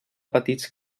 petits